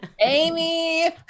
amy